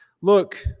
Look